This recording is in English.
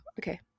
okay